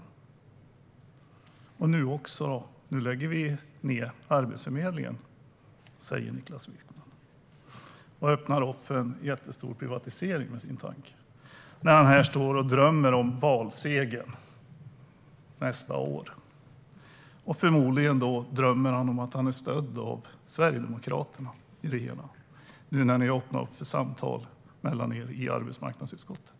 Nu säger Niklas Wykman: Nu lägger vi ned Arbetsförmedlingen! Han öppnar upp för en jättestor privatisering med sin tanke när han står här och drömmer om valseger nästa år. Förmodligen drömmer han då också om att han är stödd av Sverigedemokraterna i det hela, nu när ni har öppnat upp för samtal mellan er i arbetsmarknadsutskottet.